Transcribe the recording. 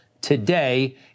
today